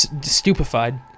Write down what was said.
stupefied